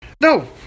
No